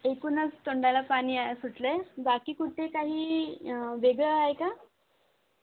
ऐकूनच तोंडाला पाणी आ सुटलं आहे बाकी कुठे काही वेगळं आहे का